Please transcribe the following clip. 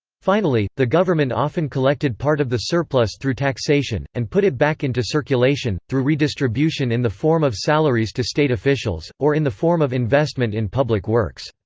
finally, the government often collected part of the surplus through taxation, and put it back into circulation, through redistribution in the form of salaries to state officials, or in the form of investment in public works.